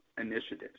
initiatives